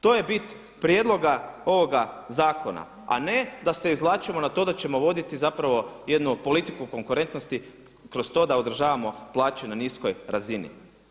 To je bit prijedloga ovoga zakona, a ne da se izvlačimo na to da ćemo voditi zapravo jednu politiku konkurentnosti kroz to da održavamo plaće na niskoj razini.